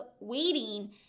waiting